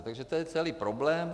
Takže to je celý problém.